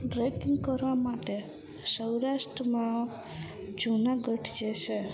tracking કરવા માટે સૌરાષ્ટ્રમાં જુનાગઢ જે છે